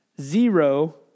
zero